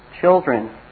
children